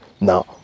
now